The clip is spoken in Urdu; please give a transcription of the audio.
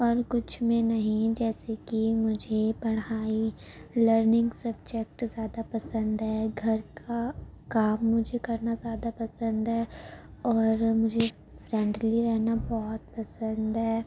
اور کچھ میں نہیں جیسے کہ مجھے پڑھائی لرننگ سبجیکٹ زیادہ پسند ہے گھر کا کام مجھے کرنا زیادہ پسند ہے اور مجھے فرینڈلی رہنا بہت پسند ہے